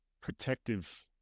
protective